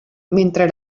mentre